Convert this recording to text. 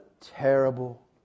terrible